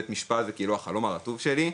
ובית המשפט זה כאילו מבחינתי "החלום הרטוב" שלי,